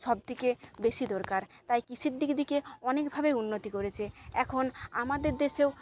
সবথেকে বেশি দরকার তাই কৃষি দিক দিকে অনেকভাবে উন্নতি করেছে এখন আমাদের দেশেও